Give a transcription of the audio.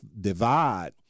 divide